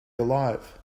alive